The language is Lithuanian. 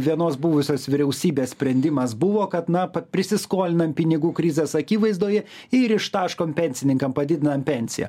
vienos buvusios vyriausybės sprendimas buvo kad na prisiskolinan pinigų krizės akivaizdoje ir ištaškom pensininkam padidinam pensiją